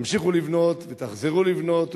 תמשיכו לבנות ותחזרו לבנות,